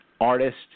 artist